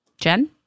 Jen